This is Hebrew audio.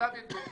למיטב ידיעתי,